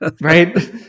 Right